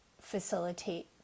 facilitate